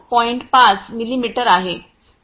5 मिमी आहे